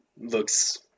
looks